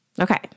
Okay